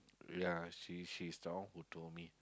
yeah she she's the one who told me